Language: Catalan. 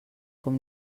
com